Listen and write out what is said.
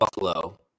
Buffalo